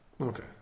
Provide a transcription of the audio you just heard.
okay